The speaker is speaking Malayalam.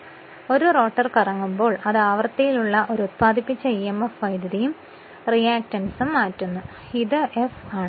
കാരണം ഒരു റോട്ടർ കറങ്ങുമ്പോൾ അത് ആവൃത്തിയിലുള്ള ഒരു ഉത്പാദിപ്പിച്ച ഇഎംഎഫ് വൈദ്യുതിയും റിയാക്റ്റൻസും മാറ്റുന്നു കാരണം ഇത് എഫ് ആണ്